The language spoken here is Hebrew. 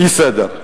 אי-סדר.